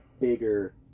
bigger